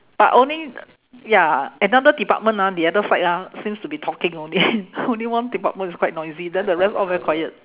but only ya another department ah the other side ah seems to be talking only only one department is quite noisy then the rest all very quiet